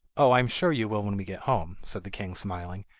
oh, i am sure you will when we get home said the king smiling,